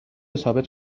ثابت